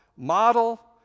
model